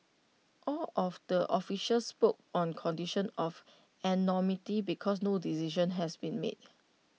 all of the officials spoke on condition of anonymity because no decision has been made